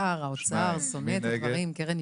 2. מי נגד?